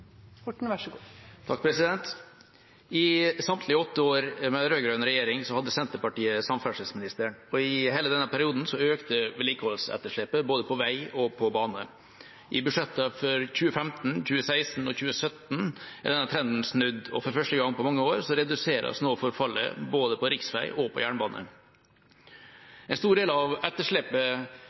I samtlige åtte år med rød-grønn regjering hadde Senterpartiet samferdselsministeren, og i hele denne perioden økte vedlikeholdsetterslepet både på vei og på bane. I budsjettene for 2015, 2016 og 2017 er denne trenden snudd, og for første gang på mange år reduseres nå forfallet, både på riksvei og på jernbane. En stor del av etterslepet